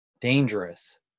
dangerous